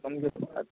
ನಮಗೆ